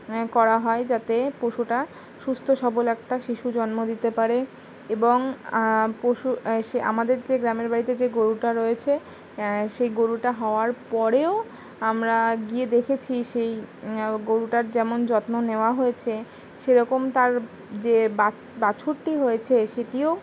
করা হয় যাতে পশুটা সুস্থ সবল একটা শিশু জন্ম দিতে পারে এবং পশু সে আমাদের যে গ্রামের বাড়িতে যে গরুটা রয়েছে সেই গরুটা হওয়ার পরেও আমরা গিয়ে দেখেছি সেই গরুটার যেমন যত্ন নেওয়া হয়েছে সেরকম তার যে বাছুরটি হয়েছে সেটিও